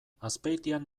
azpeitian